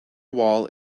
wall